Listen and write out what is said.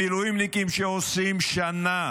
המילואימניקים שעושים שנה